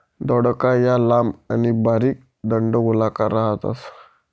दौडका या लांब आणि बारीक दंडगोलाकार राहतस